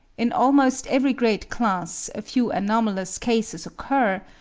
in almost every great class a few anomalous cases occur,